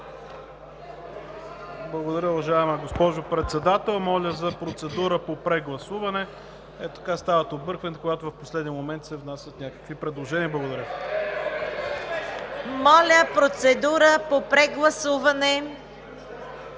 Благодаря, уважаема госпожо Председател. Моля за процедура по прегласуване. Ето така стават объркванията, когато в последния момент се внасят някакви предложения. Благодаря. (Шум и реплики.